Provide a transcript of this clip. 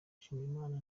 nshimiyimana